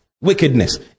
wickedness